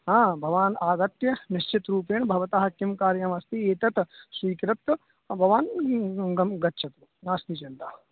हा भवान् आगत्य निश्चित्रूपेण भवतः किं कार्यमस्ति एतत् स्वीकृत्य भवान् गं गच्छतु नास्ति चिन्ता